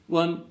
one